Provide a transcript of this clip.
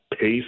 pace